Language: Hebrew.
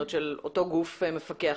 של אותו גוף מפקח,